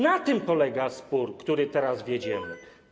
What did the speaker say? Na tym polega spór, który teraz wiedziemy.